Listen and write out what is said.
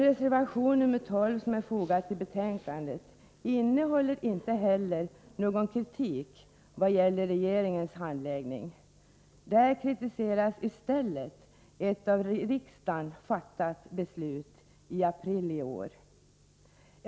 Reservation nr 12, som är fogad till betänkandet, innehåller inte heller någon kritik i vad gäller regeringens handläggning. Där kritiseras i stället ett av riksdagen fattat beslut i april i år.